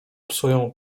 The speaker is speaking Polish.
psują